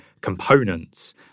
components